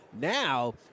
Now